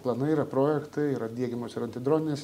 planai yra projektai yra diegiamos ir antidroninės